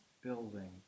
building